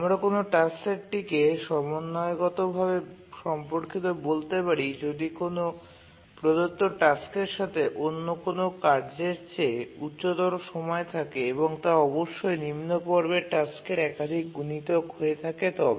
আমরা কোনও টাস্ক সেটটিকে সমন্বয়গত ভাবে সম্পর্কিত বলতে পারি যদি কোনও প্রদত্ত টাস্কের সাথে অন্য কোনও কার্যের চেয়ে উচ্চতর সময় থাকে এবং তা অবশ্যই নিম্ন পর্বের টাস্কের একাধিক গুনিতক হয়ে থাকে তবে